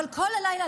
אבל כל הלילה,